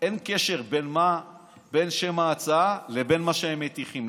אין קשר בין שם ההצעה לבין מה שהם מטיחים.